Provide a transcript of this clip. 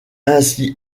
ainsi